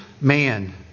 man